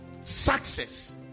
success